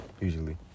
Usually